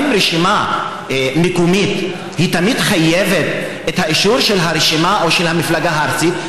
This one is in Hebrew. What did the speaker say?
האם רשימה מקומית תמיד חייבת את האישור של הרשימה או של המפלגה הארצית?